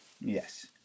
Yes